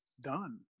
done